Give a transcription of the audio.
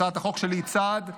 הצעת החוק שלי היא צעד בכיוון,